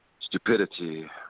stupidity